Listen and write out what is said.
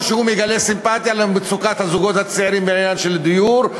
או שהוא מגלה סימפתיה למצוקת הזוגות הצעירים בעניין הדיור,